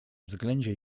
względzie